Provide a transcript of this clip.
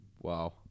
Wow